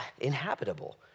inhabitable